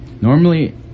normally